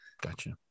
Gotcha